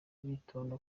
bitonda